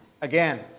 again